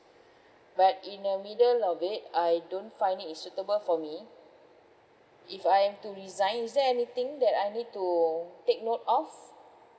but in the middle of it I don't find it suitable for me if I am to resign is there anything that I need to take note of